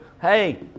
Hey